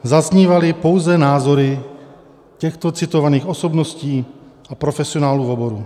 Zaznívaly pouze názory těchto citovaných osobností a profesionálů v oboru.